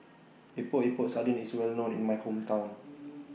Epok Epok Sardin IS Well known in My Hometown